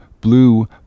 blue